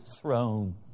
throne